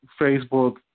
Facebook